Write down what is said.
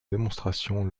démonstration